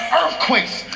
earthquakes